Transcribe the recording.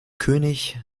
könig